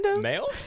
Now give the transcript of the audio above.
male